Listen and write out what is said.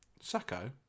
Sacco